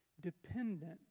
dependent